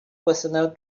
personal